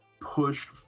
pushed